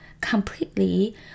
completely